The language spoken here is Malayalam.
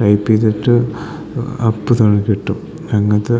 ടൈപ്പ് ചെയ്തിട്ട് അപ്പം തന്നെ കിട്ടും അങ്ങനത്തെ